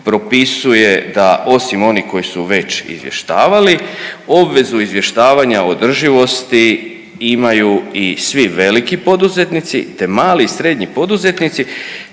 propisuje da osim onih koji su već izvještavali obvezu izvještavanja o održivosti imaju i svi veliki poduzetnici te mali i srednji poduzetnici